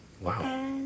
Wow